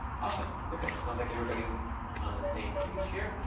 awesome. ok. sounds like everybody's on the same page here.